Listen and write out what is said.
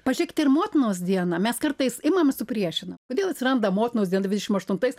pažėkite ir motinos dieną mes kartais imam supriešina kodėl atsiranda motinos diena dvidešim aštuntais